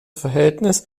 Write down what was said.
verhältnis